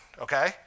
okay